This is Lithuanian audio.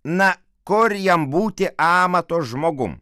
na kur jam būti amato žmogum